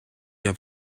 you